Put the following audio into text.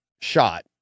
shot